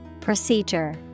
Procedure